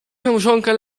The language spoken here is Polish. małżonka